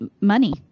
money